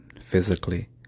physically